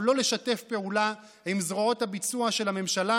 לא לשתף פעולה עם זרועות הביצוע של הממשלה,